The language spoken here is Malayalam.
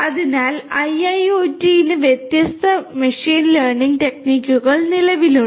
അതിനാൽ IIoT ന് വ്യത്യസ്ത മെഷീൻ ലേണിംഗ് ടെക്നിക്കുകൾ നിലവിലുണ്ട്